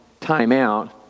timeout